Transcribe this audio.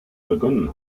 begonnen